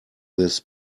this